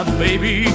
baby